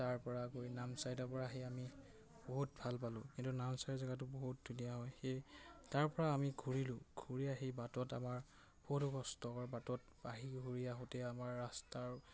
তাৰ পৰা গৈ নামচাইৰ পৰা সেই আমি বহুত ভাল পালোঁ কিন্তু নামচাই জেগাটো বহুত ধুনীয়া হয় সেই তাৰপৰা আমি ঘূৰিলোঁ ঘূৰি আহি বাটত আমাৰ বহুতো কষ্টকৰ বাটত আহি ঘূৰি আহোঁতে আমাৰ ৰাস্তাৰ